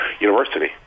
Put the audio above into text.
university